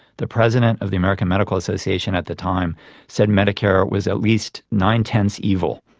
the president of the american medical association at the time said medicare was at least nine-tenths evil.